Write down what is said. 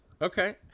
Okay